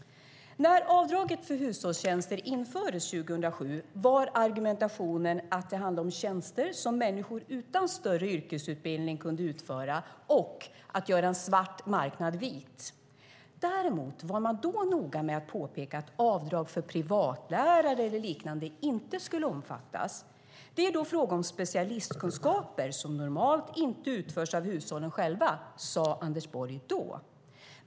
När avdraget för hushållstjänster infördes 2007 var argumentationen att det handlar om tjänster som människor utan större yrkesutbildning kunde utföra och att man skulle göra en svart marknad vit. Däremot var man då noga med att påpeka att avdrag för privatlärare eller liknande inte skulle omfattas. Det är då fråga om specialistkunskaper och uppgifter som normalt inte utförs av hushållen själva, sade Anders Borg då.